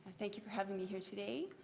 thank you for having me here today.